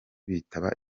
bitaba